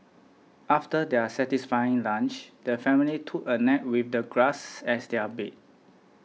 after their satisfying lunch the family took a nap with the grass as their bed